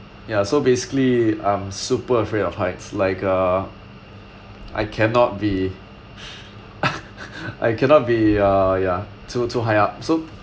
ya so basically I'm super afraid of heights like uh I cannot be I cannot be ya ya too too high up so